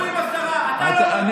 תתביישו לכם, הכול אגו.